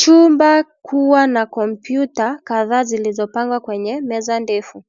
Chumba kuwa na kompyuta kadhaa zilizopangwa kwenye meza ndefu.